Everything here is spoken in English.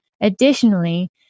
Additionally